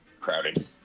crowded